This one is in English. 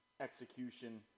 execution